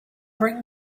bring